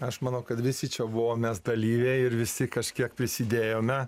aš manau kad visi čia buvom mes dalyviai ir visi kažkiek prisidėjome